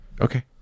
Okay